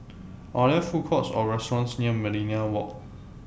Are There Food Courts Or restaurants near Millenia Walk